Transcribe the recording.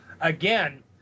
again